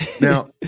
Now